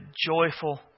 joyful